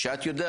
ממה שאת יודעת.